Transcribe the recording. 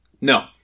No